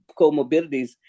comorbidities